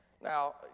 Now